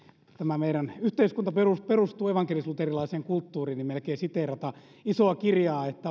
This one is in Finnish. tämä meidän yhteiskunta kuitenkin perustuu evankelis luterilaiseen kulttuuriin melkein siteerata isoa kirjaa että